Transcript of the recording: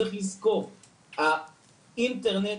צריך לזכור, האינטרנט,